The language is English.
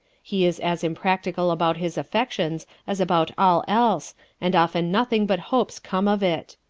he is as impractical about his affections as about all else and often nothing but hopes come of it.